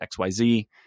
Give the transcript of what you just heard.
XYZ